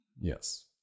yes